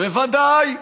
בוודאי,